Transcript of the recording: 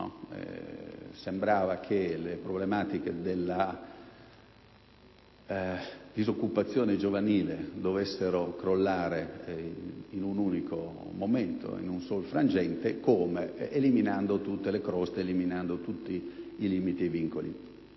Sembrava che le problematiche della disoccupazione giovanile dovessero crollare in un unico momento, in un sol frangente, eliminando tutte le croste, i limiti e i vincoli.